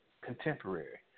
contemporary